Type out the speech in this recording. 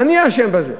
אני אשם בזה.